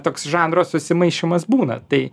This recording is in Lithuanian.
toks žanro susimaišymas būna tai